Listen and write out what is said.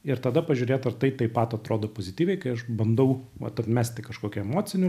ir tada pažiūrėt ar tai taip pat atrodo pozityviai kai aš bandau vat atmesti kažkokią emocinių